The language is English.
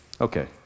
Okay